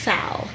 Sal